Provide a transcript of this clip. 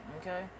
okay